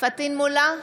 פטין מולא,